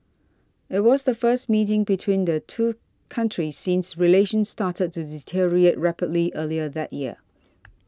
it was the first meeting between the two countries since relations started to deteriorate rapidly earlier that year